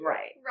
Right